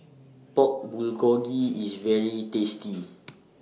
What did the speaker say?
Pork Bulgogi IS very tasty